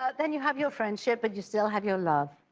ah then you have your friendship and you still have your love.